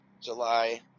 July